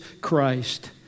Christ